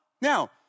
Now